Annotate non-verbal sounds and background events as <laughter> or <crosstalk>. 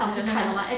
<laughs>